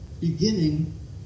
beginning